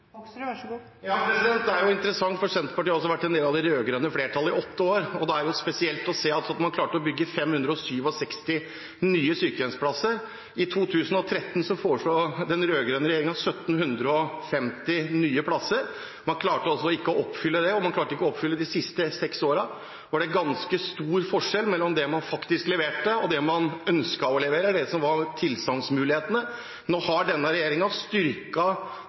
er jo interessant, for Senterpartiet var altså en del av det rød-grønne flertallet i åtte år. Da er det spesielt å se at man klarte å bygge bare 567 nye sykehjemsplasser. I 2013 foreslo den rød-grønne regjeringen 1 750 nye plasser – man klarte altså ikke å få det til. I de siste seks årene deres var det ganske stor forskjell mellom det man faktisk leverte, og det man ønsket å levere, det som var tilsagnsmulighetene. Nå har denne